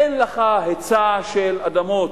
אין לך היצע של אדמות,